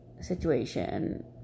situation